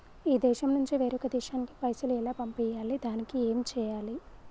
ఈ దేశం నుంచి వేరొక దేశానికి పైసలు ఎలా పంపియ్యాలి? దానికి ఏం చేయాలి?